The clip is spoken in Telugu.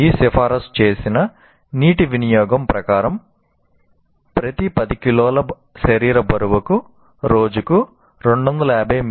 ఈ సిఫారసు చేసిన నీటి వినియోగం ప్రకారం ప్రతి 10 కిలోల శరీర బరువుకు రోజుకు 250 మి